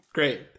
Great